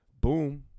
boom